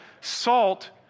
Salt